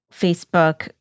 Facebook